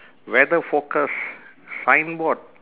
weather forecast signboard